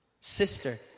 Sister